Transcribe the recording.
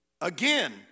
Again